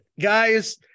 Guys